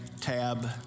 tab